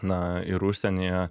na ir užsienyje